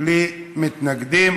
בלי מתנגדים.